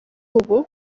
ubu